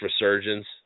resurgence